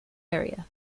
area